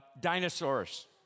dinosaurs